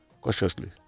cautiously